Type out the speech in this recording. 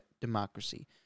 democracy